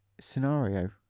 scenario